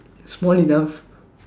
small enough